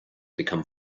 become